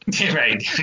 right